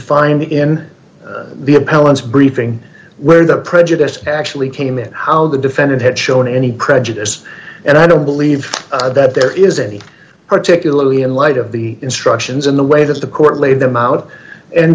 find in the appellants briefing where the prejudice actually came in how the defendant had shown any prejudice and i don't believe that there is any particularly in light of the instructions in the way that the court laid them out and